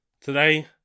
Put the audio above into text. Today